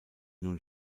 nun